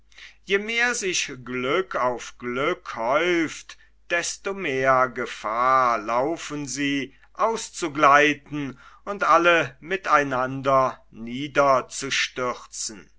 je mehr sich glück auf glück häuft desto mehr gefahr laufen sie auszugleiten und alle mit